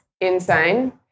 insane